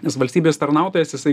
nes valstybės tarnautojas jisai